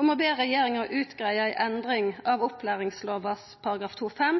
om å be regjeringa greia ut ei endring av opplæringslova § 2-5